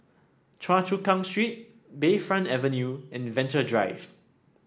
Choa Chu Kang Street Bayfront Avenue and Venture Drive